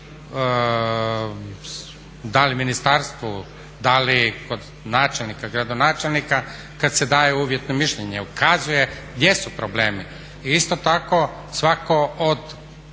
da li ministarstvu, da li kod načelnika, gradonačelnika kada se daje uvjetno mišljenje, ukazuje gdje su problemi. I isto tako svatko od